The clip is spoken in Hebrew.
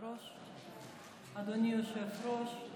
אדוני היושב-ראש,